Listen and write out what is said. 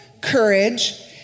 courage